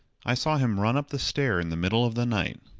i saw him run up the stair in the middle of the night.